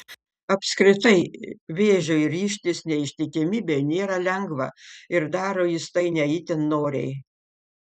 apskritai vėžiui ryžtis neištikimybei nėra lengva ir daro jis tai ne itin noriai